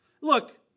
Look